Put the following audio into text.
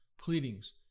pleadings